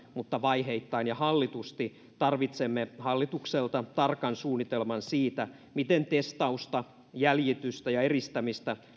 mutta vaiheittain ja hallitusti tarvitsemme hallitukselta tarkan suunnitelman siitä miten testausta jäljitystä ja eristämistä